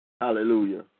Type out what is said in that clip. Hallelujah